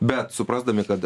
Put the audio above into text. bet suprasdami kad